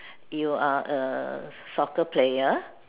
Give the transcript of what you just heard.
you are a soccer player